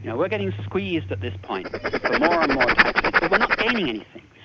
yeah we're getting squeezed at this point for more and more taxes, but we're not gaining anything.